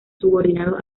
subordinado